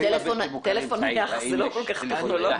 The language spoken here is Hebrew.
טלפון נייח הוא לא כל כך טכנולוגיה.